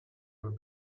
due